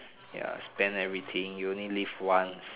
ya spend everything you only live once